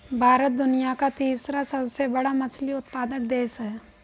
भारत दुनिया का तीसरा सबसे बड़ा मछली उत्पादक देश है